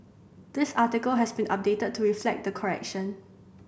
this article has been updated to reflect the correction